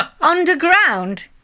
underground